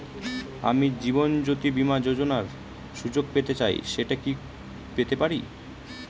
আমি জীবনয্যোতি বীমা যোযোনার সুযোগ পেতে চাই সেটা কি পেতে পারি?